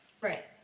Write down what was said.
right